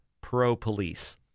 pro-police